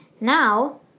Now